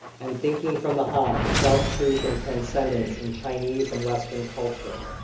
and thinking from the han self, truth, and transcendence in chinese and western culture.